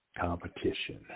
competition